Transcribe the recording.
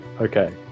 Okay